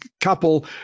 couple